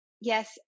Yes